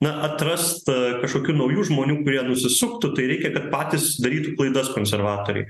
na atrast kažkokių naujų žmonių kurie nusisuktų tai reikia kad patys darytų klaidas konservatoriai